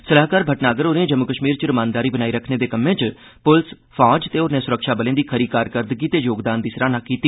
सलाहकार भटनागर होरें जम्मू कश्मीर च रमानदारी बनाई रखने दे कम्में च पुलस फौज ते होरनें सुरक्षाबलें दी खरी कारकरदगी ते योगदान दी सराहना कीती